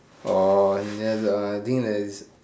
orh then I think there is